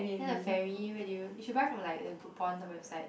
then the ferry where did you you should buy from like the Groupon the website